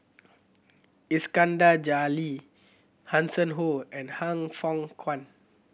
Iskandar Jalil Hanson Ho and Han Fook Kwang